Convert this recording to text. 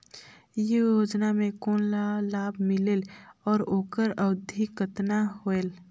ये योजना मे कोन ला लाभ मिलेल और ओकर अवधी कतना होएल